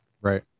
Right